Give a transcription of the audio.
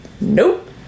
Nope